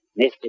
Mr